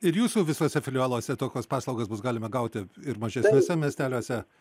ir jūsų visuose filialuose tokios paslaugos bus galima gauti ir mažesniuose miesteliuose